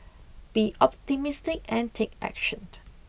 be optimistic and take action